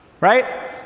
right